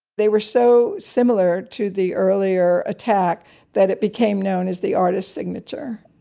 they were so similar to the earlier attack that it became known as the artist's signature,